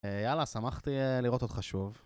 יאללה, שמחתי לראות אותך שוב.